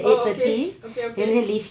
oh okay okay okay